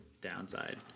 downside